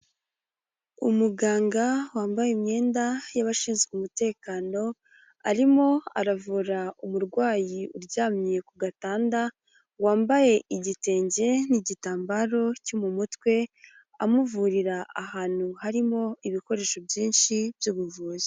Umuganga wambaye imyenda y'abashinzwe umutekano arimo aravura umurwayi uryamye ku gatanda wambaye igitenge n'igitambaro cyo mu mutwe amuvurira ahantu harimo ibikoresho byinshi by'ubuvuzi.